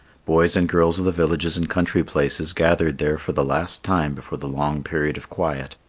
boys and girls of the villages and country places gathered there for the last time before the long period of quiet.